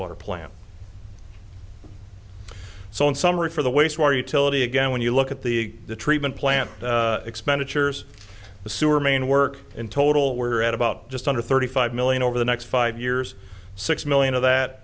water plant so in summary for the waste water utility again when you look at the treatment plant expenditures the sewer main work in total we're at about just under thirty five million over the next five years six million of that